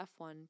F1